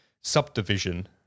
subdivision